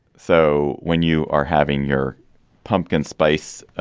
so when you are having your pumpkin spice,